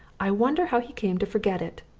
i wonder how he came to forget it!